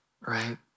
right